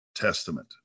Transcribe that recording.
Testament